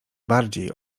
bardziej